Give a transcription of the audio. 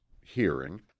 hearing